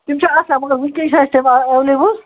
تِم چھِ آسان مگر وُنکٮ۪ن چھِنہٕ اَسہِ تِم ایٚویلیبُل